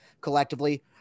collectively